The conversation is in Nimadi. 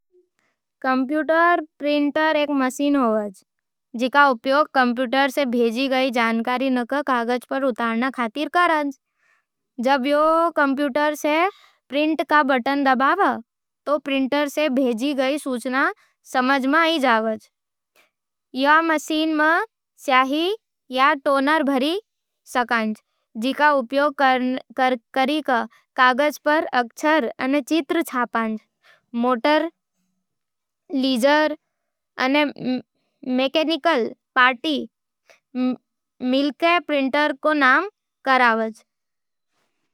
Computer printer एक machine छे, जिको उपयोग कंप्यूटर से भेजी गई जानकारी ने कागज पर उतारण खातर करज। जब थूं कंप्यूटर से प्रिंट का बटन दबावै, तो प्रिंटर में भेजी गई सूचना समझ में आवै। ई मशीन में स्याही या टोनर भरी रहै है, जिको उपयोग करके कागज पर अक्षर अने चित्र छापै है। मोटर, लीजर अने मेकेनिकल पार्ट मिलके प्रिंटर ने काम करावज।